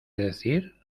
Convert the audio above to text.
decir